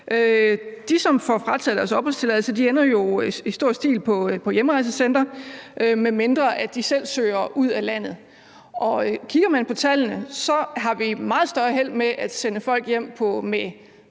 De, som får frataget deres opholdstilladelse, ender jo i stor stil på hjemrejsecentre, medmindre de selv søger ud af landet. Kigger man på tallene, har vi meget større held med at sende folk hjem på